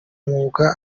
mwuga